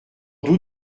doute